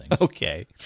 Okay